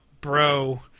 bro